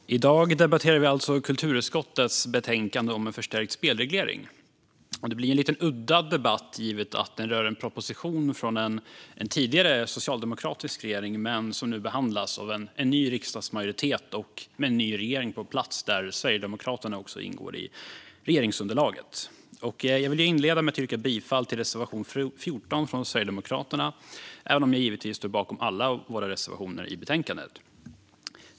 Herr talman! I dag debatterar vi alltså kulturutskottets betänkande om en förstärkt spelreglering. Det blir en lite udda debatt givet att den rör en proposition från en tidigare, socialdemokratisk regering men som nu behandlas av en ny riksdagsmajoritet och med en ny regering på plats, där Sverigedemokraterna ingår i regeringsunderlaget. Jag vill inleda med att yrka bifall till reservation 14 från Sverigedemokraterna, även om jag givetvis står bakom alla våra reservationer i betänkandet.